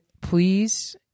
please